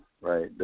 right